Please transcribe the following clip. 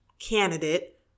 candidate